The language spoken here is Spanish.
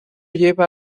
lleva